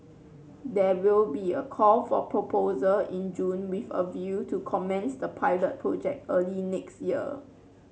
there will be a call for proposal in June with a view to commence the pilot project early next year